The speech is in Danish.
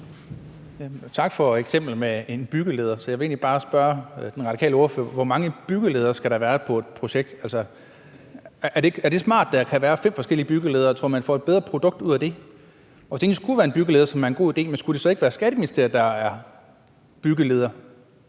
Tak for eksemplet med en byggeleder. Jeg vil egentlig bare spørge den radikale ordfører: Hvor mange byggeledere skal der være på et projekt? Er det smart, at der kan være fem forskellige byggeledere? Tror ordføreren, at man får et bedre produkt ud af det? Hvis det endelig skulle være en god idé med en byggeleder, skulle det så ikke være Skatteministeriet, der var byggeleder?